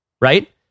Right